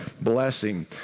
blessing